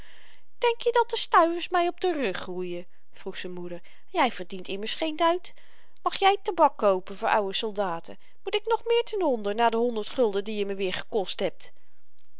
denk je dat de stuivers my op den rug groeien vroeg z'n moeder jy verdient immers geen duit mag jy tabak koopen voor ouwe soldaten moet ik nog meer ten onder na de honderd gulden die je me weer gekost hebt